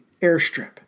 airstrip